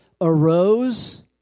arose